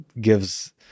gives